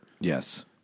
Yes